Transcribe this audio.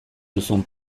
duzun